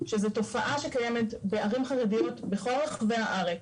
שזו תופעה שקיימת בערים חרדיות בכל רחבי הארץ,